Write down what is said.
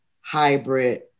hybrid